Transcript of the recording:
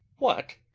what?